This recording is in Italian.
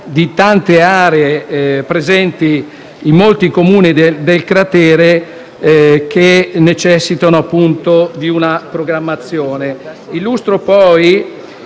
su tante aree presenti in molti Comuni del cratere che necessitano di una programmazione. Illustro, poi,